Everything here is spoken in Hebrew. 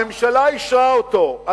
הממשלה אישרה אותו,